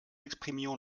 exprimions